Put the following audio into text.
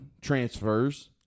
transfers